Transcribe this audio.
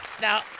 Now